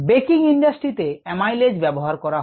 baking ইন্ডাস্ট্রিতে amylase ব্যবহার করা হয়